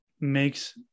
makes